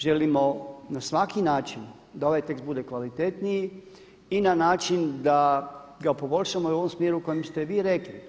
Želimo na svaki način da ovaj tekst bude kvalitetniji i na način da ga poboljšamo u ovom smjeru u kojem ste vi rekli.